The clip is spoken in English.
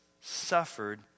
suffered